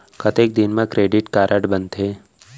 कतेक दिन मा क्रेडिट कारड बनते?